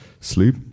sleep